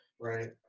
Right